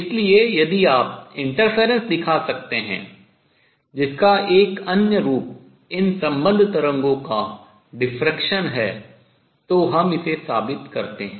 इसलिए यदि आप interference व्यतिकरण दिखा सकते हैं जिसका एक अन्य रूप इन संबद्ध तरंगों का विवर्तन है तो हम इसे साबित करते हैं